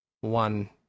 one